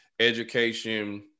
education